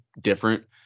different